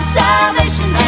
salvation